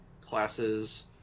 classes